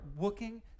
looking